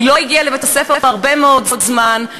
היא לא הגיעה לבית-הספר הרבה מאוד זמן,